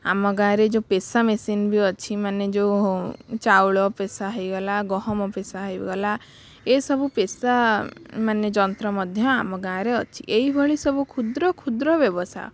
ଆମ ଗାଁରେ ଯେଉଁ ପେଶା ମେସିନ୍ ବି ଅଛି ମାନେ ଯେଉଁ ଚାଉଳ ପେଶା ହେଇଗଲା ଗହମ ପେଶା ହେଇଗଲା ଏସବୁ ପେଶା ମାନେ ଯନ୍ତ୍ର ମଧ୍ୟ ଆମ ଗାଁରେ ଅଛି ଏଇଭଳି ସବୁ କ୍ଷୁଦ୍ର କ୍ଷୁଦ୍ର ବ୍ୟବସାୟ